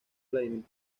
vladímir